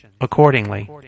accordingly